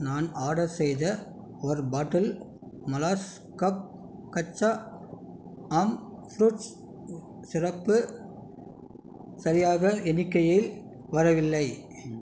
நான் ஆடர் செய்த ஒரு பாட்டில் மலாஸ் கப் கச்சா ஆம் ஃப்ரூட்ஸ் சிரப்பு சரியான எண்ணிக்கையில் வரவில்லை